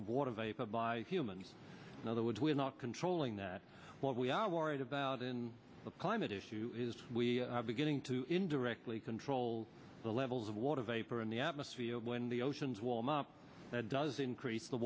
of water vapor by humans and other words we're not controlling that what we are worried about in the climate issue is we are beginning to indirectly control the levels of water vapor in the atmosphere when the oceans walmart does increase the